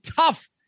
tough